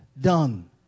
done